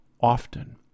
often